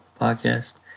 podcast